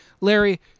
Larry